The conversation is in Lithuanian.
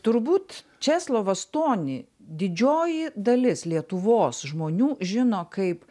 turbūt česlovą stonį didžioji dalis lietuvos žmonių žino kaip